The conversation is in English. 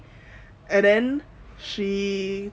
and then she